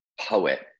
poet